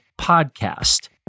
podcast